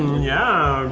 yeah.